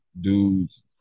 dudes